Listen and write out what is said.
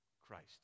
Christ